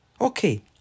Okay